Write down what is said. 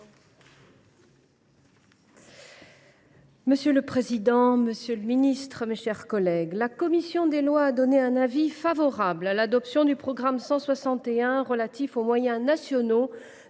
Monsieur le président, monsieur le ministre, mes chers collègues, la commission des lois a donné un avis favorable sur l’adoption des crédits du programme 161, relatif aux moyens nationaux